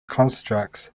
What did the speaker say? constructs